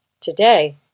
Today